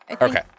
Okay